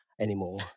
anymore